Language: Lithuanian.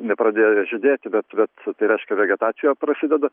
nepradėję žydėti bet bet tai reiškia vegetacija prasideda